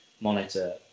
monitor